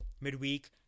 midweek